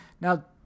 Now